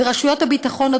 ורשויות הביטחון,